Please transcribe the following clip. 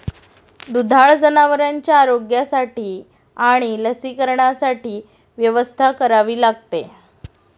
दुधाळ जनावरांच्या आरोग्यासाठी आणि लसीकरणासाठी व्यवस्था करावी लागते